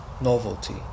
novelty